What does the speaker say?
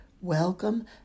welcome